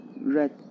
Red